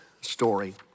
story